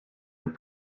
and